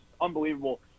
unbelievable